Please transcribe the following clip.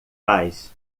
paz